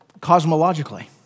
cosmologically